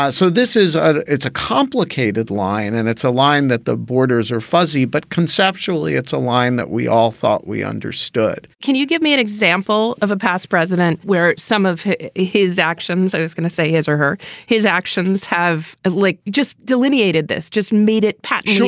so this is a it's a complicated line and it's a line that the borders are fuzzy, but conceptually, it's a line that we all thought we understood can you give me an example of a past president where some of his actions. i was going to say his or her his actions have like just delineated this just made it pattern.